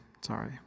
Sorry